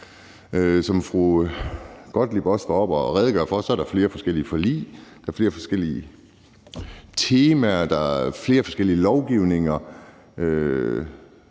Som fru Jette Gottlieb også var oppe at redegøre for, er der flere forskellige forlig, og der er flere forskellige temaer, og der er flere forskellige lovgivninger.